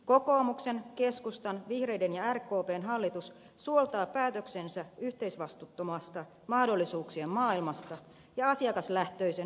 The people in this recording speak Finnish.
kokoomuksen keskustan vihreiden ja rkpn hallitus suoltaa päätöksensä yhteisvastuuttomasta mahdollisuuksien maailmasta ja asiakaslähtöisen hyvinvoinnin ideologiasta